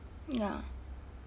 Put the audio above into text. ya